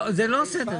זה לא על סדר היום.